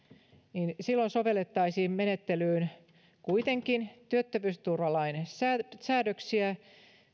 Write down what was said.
niin silloin sovellettaisiin menettelyyn kuitenkin työttömyysturvalain säädöksiä